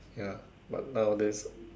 ya but nowadays